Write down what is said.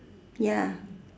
ya